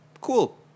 Cool